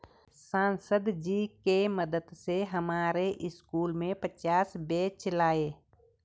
सांसद जी के मदद से हमारे स्कूल में पचास बेंच लाए